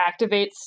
activates